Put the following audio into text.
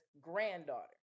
granddaughter